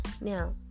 Now